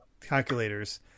calculators